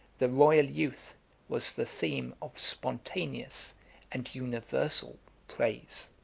the royal youth was the theme of spontaneous and universal praise.